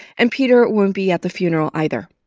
and peter won't be at the funeral either.